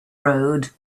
road